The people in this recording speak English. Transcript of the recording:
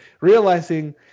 realizing